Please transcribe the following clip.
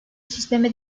sisteme